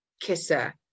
kisser